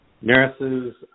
nurses